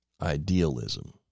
idealism